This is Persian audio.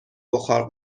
بخار